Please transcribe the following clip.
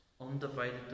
undivided